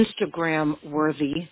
Instagram-worthy